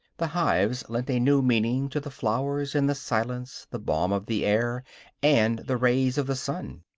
the hives lent a new meaning to the flowers and the silence, the balm of the air and the rays of the sun.